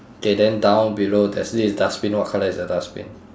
K then down below there's this dustbin what colour is the dustbin